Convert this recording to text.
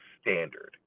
standard